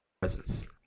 presence